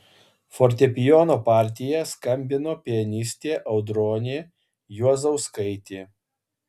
fortepijono partiją skambino pianistė audronė juozauskaitė